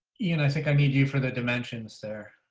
you know, i think i need you for the dimensions there.